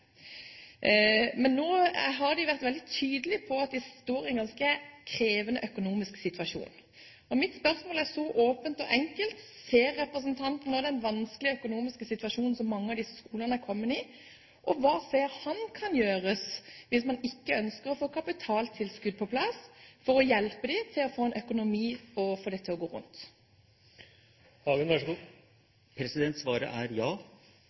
Men nå har de vært veldig tydelig på at de står i en ganske krevende økonomisk situasjon. Mitt spørsmål er åpent og enkelt: Ser representanten den vanskelige økonomiske situasjonen som mange av disse skolene er kommet i, og hva mener han kan gjøres – hvis man ikke ønsker å få kapitaltilskudd på plass – for å hjelpe dem til å få en økonomi som gjør at det går rundt? Svaret er ja. Jeg er